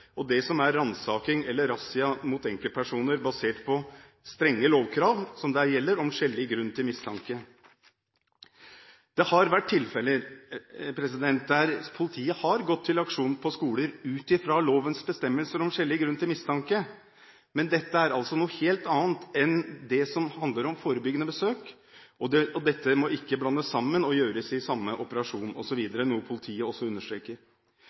og det som er ransaking, eller razzia, mot enkeltpersoner, basert på gjeldende strenge lovkrav om skjellig grunn til mistanke. Det har vært tilfeller der politiet har gått til aksjon på skoler, ut fra lovens bestemmelser om skjellig grunn til mistanke, men dette er altså noe helt annet enn det som handler om forebyggende besøk. Dette må ikke blandes sammen og gjøres i samme operasjon,